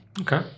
Okay